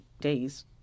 days